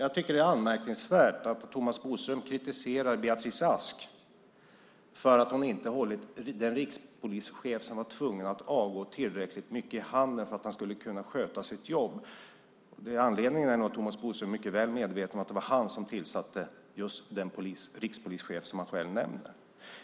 Jag tycker att det är anmärkningsvärt att Thomas Bodström kritiserar Beatrice Ask för att hon inte har hållit den rikspolischef som var tvungen att avgå tillräckligt mycket i handen så att han skulle kunna sköta sitt jobb. Anledningen är nog att Thomas Bodström är mycket väl medveten om att det var han som tillsatte just den rikspolischef som han själv nämner.